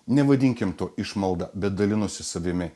nevadinkim to išmalda bet dalinosi savimi